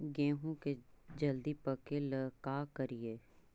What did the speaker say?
गेहूं के जल्दी पके ल का करियै?